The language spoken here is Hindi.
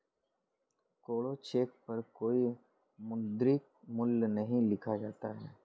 कोरा चेक पर कोई मौद्रिक मूल्य नहीं लिखा होता है